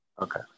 Okay